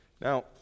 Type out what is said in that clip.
Now